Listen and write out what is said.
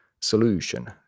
solution